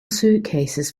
suitcases